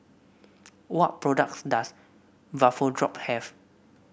what products does Vapodrop have